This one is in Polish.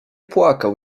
płakał